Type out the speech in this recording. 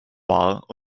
war